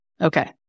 Okay